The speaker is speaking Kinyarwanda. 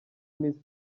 miss